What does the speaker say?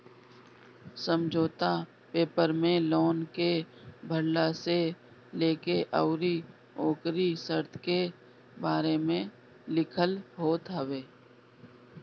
समझौता पेपर में लोन के भरला से लेके अउरी ओकरी शर्त के बारे में लिखल होत हवे